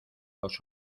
los